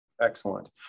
Excellent